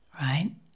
Right